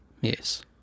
Yes